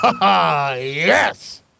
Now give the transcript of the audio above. Yes